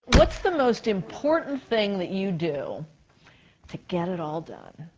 what's the most important thing that you do to get it all done?